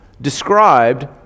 described